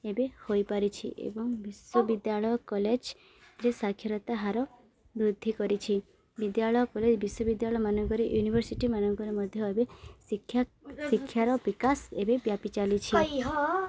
ଏବେ ହୋଇପାରିଛି ଏବଂ ବିଶ୍ୱବିଦ୍ୟାଳୟ କଲେଜରେ ସ୍ଵାକ୍ଷରତା ହାର ବୃଦ୍ଧି କରିଛି ବିଦ୍ୟାଳୟ କଲେଜ ବିଶ୍ୱବିଦ୍ୟାଳୟ ମାନଙ୍କରେ ୟୁନିଭର୍ସିଟି ମାନଙ୍କରେ ମଧ୍ୟ ଏବେ ଶିକ୍ଷା ଶିକ୍ଷାର ବିକାଶ ଏବେ ବ୍ୟାପି ଚାଲିଛି